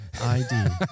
ID